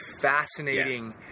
fascinating